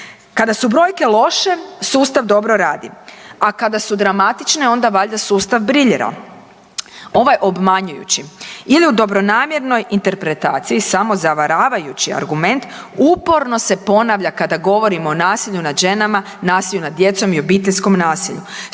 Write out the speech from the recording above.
kada su brojke loše, sustav dobro radi, a kada su dramatične, onda valjda sustav briljira. Ovaj obmanjujući, ili u dobronamjernoj interpretaciji samozavaravajući argument uporo se ponavlja kada govorimo o nasilju nad ženama, nasilju nad djecom i obiteljskom nasilju,